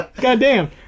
goddamn